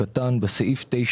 בסעיף 9